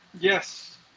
Yes